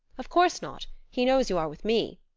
of course not he knows you are with me,